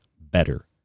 better